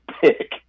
pick